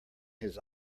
his